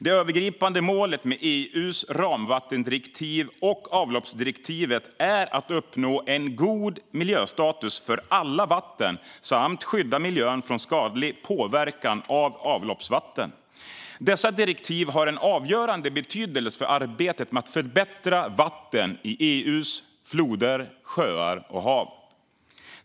Det övergripande målet med EU:s ramvattendirektiv för vatten och avloppsdirektivet är att uppnå en god miljöstatus för alla vatten samt skydda miljön från skadlig påverkan av avloppsvatten. Dessa direktiv har en avgörande betydelse för arbetet med att förbättra vatten i EU:s floder, sjöar och hav.